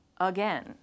again